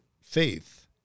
faith